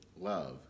love